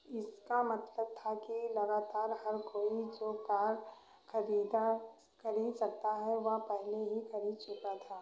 इसका मतलब था कि लागातार हर कोई जो कार खरीदा खरीद सकता है वह पहले ही खरीद चुका था